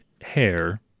hair